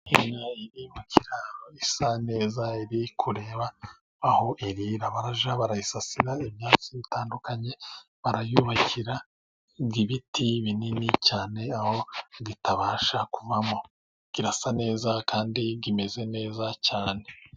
Inka iri mu kiraro isa neza. Iri kureba aho irira. Bajya bayisasira ibyatsi bitandukanye. Bayubakira n'ibiti binini cyane, aho itabasha kuvamo. Irasa neza, kandi imeze neza cyane.